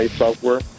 software